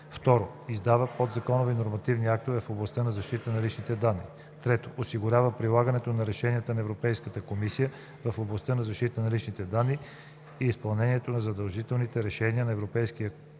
17; 2. издава подзаконови нормативни актове в областта на защитата на личните данни; 3. осигурява прилагането на решенията на Европейската комисия в областта на защитата на личните данни и изпълнението на задължителните решения на Европейския комитет